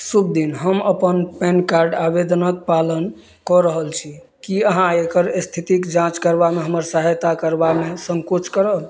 शुभ दिन हम अपन पैन कार्ड आवेदनके पालन कऽ रहल छी कि अहाँ एकर इस्थितिके जाँच करबामे हमर सहायता करबामे सँकोच करब